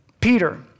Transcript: Peter